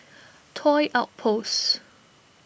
Toy Outpost